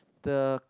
the